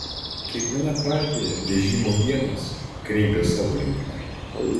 kiekviena partija vežimo ienas kreipė savo linkme